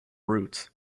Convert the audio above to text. roots